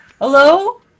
Hello